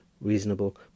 reasonable